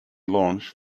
launched